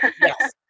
Yes